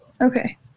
Okay